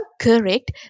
correct